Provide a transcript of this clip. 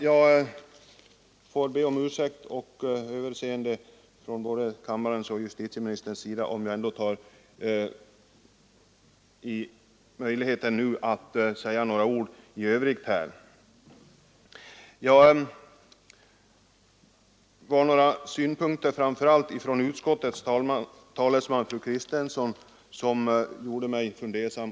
Jag ber om överseende från både kammarens och justitieministerns sida med att jag nu passar på tillfället att säga ytterligare några ord. Framför allt var det några synpunkter som framfördes av utskottets talesman fru Kristensson som gjorde mig fundersam.